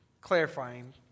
clarifying